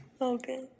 Okay